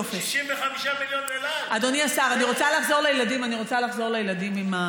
בתחומים הסוציאליים החברתיים אני מסכימה איתך.